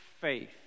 faith